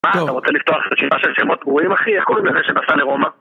מה אתה רוצה לפתוח רשימה של שמות גרועים, אחי? איך קוראים לזה שנסע לרומא?